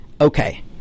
okay